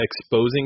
exposing